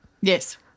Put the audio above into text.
Yes